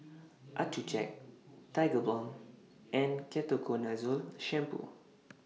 Accucheck Tigerbalm and Ketoconazole Shampoo